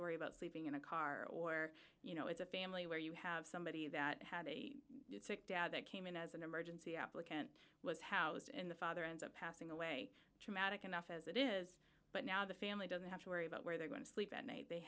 to worry about sleeping in a car or you know it's a family where you have somebody that had a dad that came in as an emergency applicant was house and the father ends up passing away traumatic enough as it is but now the family doesn't have to worry about where they're going to sleep at night they